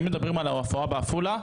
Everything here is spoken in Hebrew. אם מדברים על ההופעה בעפולה,